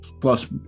plus